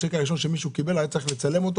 הצ'ק הראשון שמישהו קיבל היה צריך לצלם אותו